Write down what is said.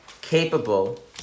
capable